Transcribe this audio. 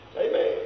Amen